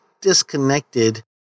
disconnected